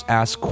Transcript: ask